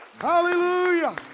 Hallelujah